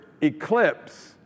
eclipse